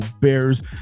Bears